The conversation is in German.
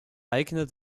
eigner